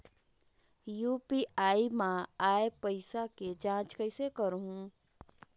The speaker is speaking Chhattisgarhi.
यू.पी.आई मा आय पइसा के जांच कइसे करहूं?